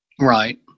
Right